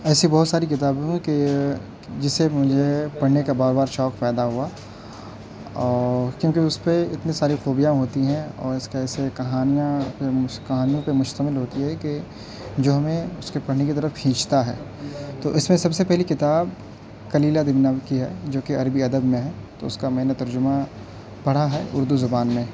ایسی بہت ساری کتابوں پہ کہ جسے مجھے پڑھنے کا بار بار شوق پیدا ہوا کیونکہ اس پہ اتنی ساری خوبیاں ہوتی ہیں اور اس کا ایسے کہانیاں کہانیوں پہ مشتمل ہوتی ہے کہ جو ہمیں اس کے پڑھنے کی طرف کھینچتا ہے تو اس میں سب سے پہلی کتاب کلیلہ دمنہ کی ہے جو کہ عربی ادب میں ہے اس کا میں نے ترجمہ پڑھا ہے اردو زبان میں